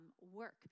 work